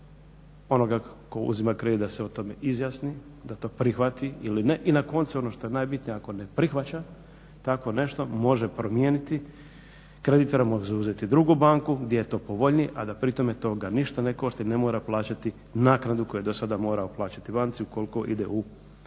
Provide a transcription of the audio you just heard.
onoga tko uzima kredit da se o tome izjasni, da to prihvati ili ne. I na koncu ono što je najbitnije ako ne prihvaća tako nešto može promijeniti kreditora, može uzeti drugu banku gdje je to povoljnije, a da pri tome toga ništa ne košta, da ne mora plaćati naknadu koju je do sada morao plaćati banci ukoliko ide u